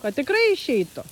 kad tikrai išeitų